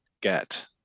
get